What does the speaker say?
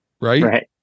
right